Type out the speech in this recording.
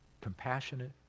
Compassionate